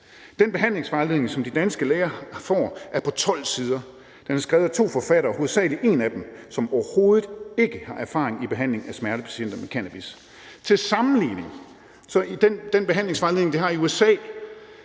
Den behandlingsvejledning, som de danske læger får, er på 12 sider. Den er skrevet af to forfattere, hovedsagelig den ene af dem, som overhovedet ikke har erfaring med behandling af smertepatienter med cannabis. Til sammenligning er den behandlingsvejledning, de har i USA,